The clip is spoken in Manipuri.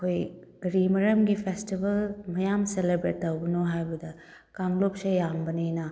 ꯑꯩꯈꯣꯏ ꯀꯔꯤ ꯃꯔꯝꯒꯤ ꯐꯦꯁꯇꯤꯕꯦꯜ ꯃꯌꯥꯝ ꯁꯦꯂꯦꯕ꯭ꯔꯦꯠ ꯇꯧꯕꯅꯣ ꯍꯥꯏꯕꯗ ꯀꯥꯡꯂꯨꯞꯁꯦ ꯌꯥꯝꯕꯅꯤꯅ